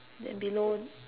then below